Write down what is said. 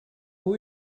who